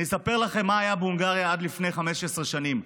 אני אספר לכם מה היה בהונגריה עד לפני 15 שנים.